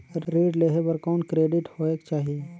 ऋण लेहे बर कौन क्रेडिट होयक चाही?